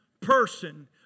person